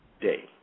day